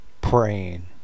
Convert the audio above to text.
praying